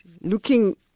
looking